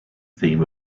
theme